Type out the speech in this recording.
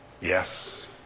Yes